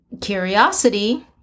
curiosity